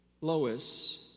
Lois